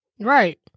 Right